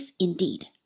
indeed